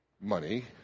money